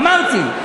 אמרתי,